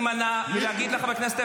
סימון, סימון, תפסיק שנייה, רגע.